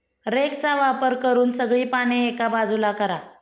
रेकचा वापर करून सगळी पाने एका बाजूला करा